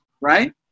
right